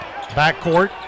Backcourt